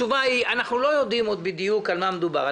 אנחנו לא יודעים עוד בדיוק על מה מדובר.